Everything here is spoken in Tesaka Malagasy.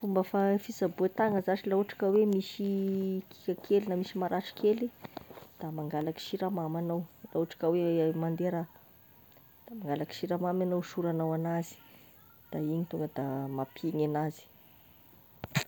Fomba fisaboa tagna zashy la ohatry ka hoe misy kika kely na misy maratry kely, da mangalaky siramamy anao, la ohatry ka hoe mandeha rà, mangalaky siramamy anao osoranao anazy, da igny tonga da mampihigny anazy.